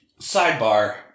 sidebar